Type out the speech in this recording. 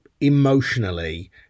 emotionally